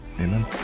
amen